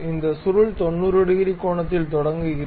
இந்த சுருள் 90 டிகிரி கோணத்தில் தொடங்குகிறது